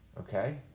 okay